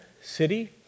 city